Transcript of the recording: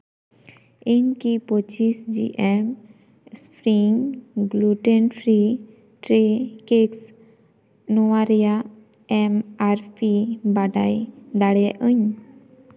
ᱤᱧ ᱠᱤ ᱯᱚᱸᱪᱤᱥ G M spring gluten free tea cakes ᱱᱚᱣᱟ ᱨᱮᱭᱟᱜ ᱮᱢ ᱟᱨ ᱯᱤ ᱵᱟᱰᱟᱭ ᱫᱟᱮᱭᱟᱜ ᱟᱹᱧ